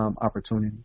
opportunity